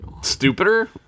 stupider